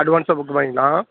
அட்வான்ஸாக புக் பண்ணிக்கலாம்